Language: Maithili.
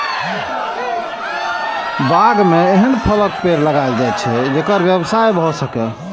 बाग मे एहन फलक पेड़ लगाएल जाए छै, जेकर व्यवसाय भए सकय